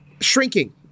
Shrinking